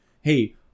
hey